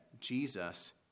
Jesus